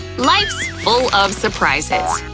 life's full of surprises.